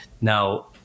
Now